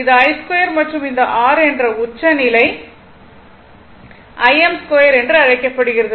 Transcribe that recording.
இது i2 மற்றும் இந்த r என்ற உச்சநிலை Im2 என்றும் அழைக்கப்படுகிறது